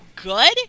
Good